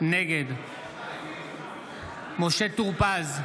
נגד משה טור פז,